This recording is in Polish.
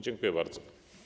Dziękuję bardzo.